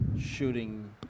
shooting